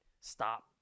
stop